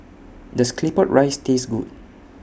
Does Claypot Rice Taste Good